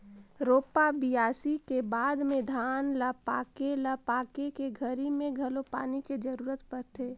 रोपा, बियासी के बाद में धान ल पाके ल पाके के घरी मे घलो पानी के जरूरत परथे